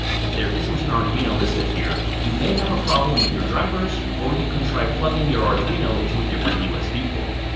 if there isn't an arduino listed here, you may have a problem with your drivers, or you can try plugging your arduino into a different usb port.